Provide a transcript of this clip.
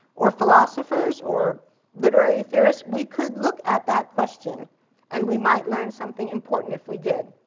or philosophers, or literary theorists, we could look at that question and we might learn something important if we did.